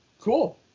Cool